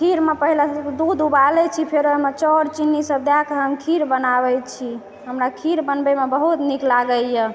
खीरमे पहिले दूध उबालै छी फेर ओहीमे चाउर चीनी सब दए कऽ हम खीर बनाबै छी हमरा खीर बनबैमे बहुत नीक लागैए